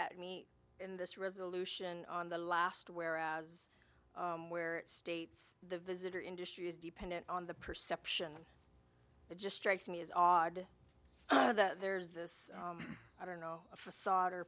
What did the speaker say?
at me in this resolution on the last whereas where it states the visitor industry is dependent on the perception it just strikes me as odd that there's this i don't know a facade or